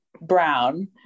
brown